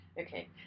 Okay